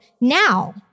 now